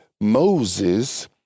Moses